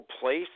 place